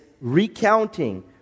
recounting